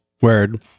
Word